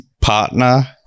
partner-